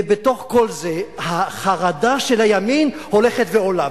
ובתוך כל זה החרדה של הימין הולכת ועולה.